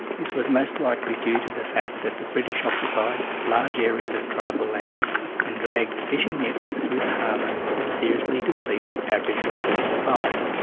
this was most likely due to the fact that the british occupied large areas of tribal land and dragged fishing nets through the harbour that seriously depleted aboriginal food supplies.